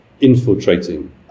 infiltrating